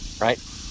right